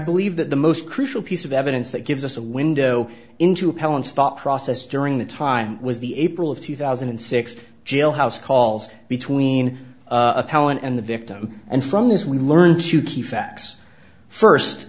believe that the most crucial piece of evidence that gives us a window into appellants thought process during that time was the april of two thousand and six jailhouse calls between a palin and the victim and from this we learned two key facts first